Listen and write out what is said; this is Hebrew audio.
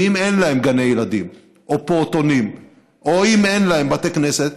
ואם אין להם גני ילדים או פעוטונים או אם להם בתי כנסת,